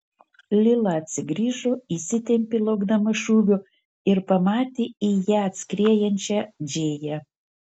lila atsigrįžo įsitempė laukdama šūvio ir pamatė į ją atskriejančią džėją